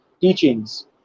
teachings